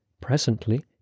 Presently